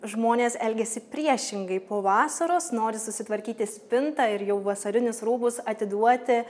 žmonės elgiasi priešingai po vasaros nori susitvarkyti spintą ir jau vasarinius rūbus atiduoti